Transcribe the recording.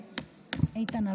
איתן,